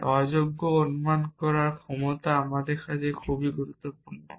তাই অযোগ্য অনুমান করার ক্ষমতা আমাদের জন্য খুবই গুরুত্বপূর্ণ